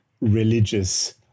religious